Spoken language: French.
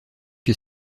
que